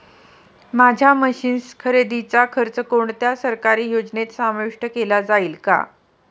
माझ्या मशीन्स खरेदीचा खर्च कोणत्या सरकारी योजनेत समाविष्ट केला जाईल का?